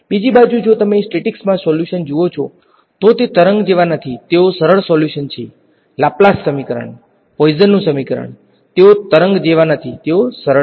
બીજી બાજુ જો તમે સ્ટેટિક્સમાં સોલ્યુશન્સ જુઓ છો તો તે તરંગ જેવા નથી તેઓ સરળ સોલ્યુશન્સ છે લાપ્લાસ સમીકરણ પોઇઝનનું સમીકરણ તેઓ તરંગ જેવા નથી તેઓ સરળ છે